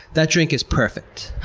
that drink is perfect.